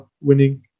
winning